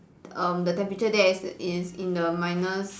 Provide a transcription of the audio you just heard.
um the temperature there is is in the minus